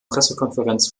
pressekonferenz